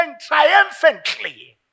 triumphantly